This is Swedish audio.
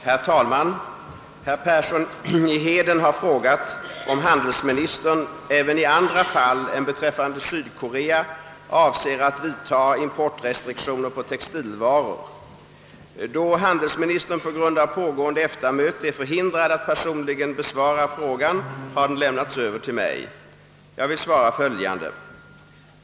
Herr talman! Herr Persson i Heden har frågat om handelsministern även i andra fall än beträffande Sydkorea avser att vidtaga importrestriktioner på textilvaror. Då handelsministern på grund av pågående EFTA-möte är förhindrad att personligen besvara frågan har den lämnats över till mig. Jag vill svara följande.